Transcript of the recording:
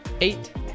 eight